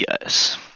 Yes